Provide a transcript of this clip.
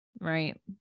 right